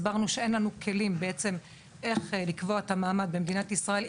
הסברנו שאין לנו כלים איך לקבוע את המעמד במדינת ישראל.